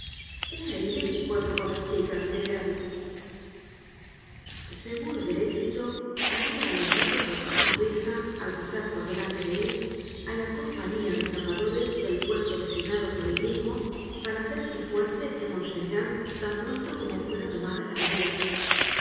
ahí veinticuatro guapas chicas general seguro del éxito habia alentado con su sonrisa al pasar por delante de él á la compañía de zapadores del cuerpo designado por él mismo para hacerse fuerte en mont saint jean tan pronto como fuera tomada la aldea